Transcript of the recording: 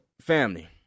family